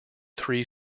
three